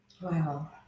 Wow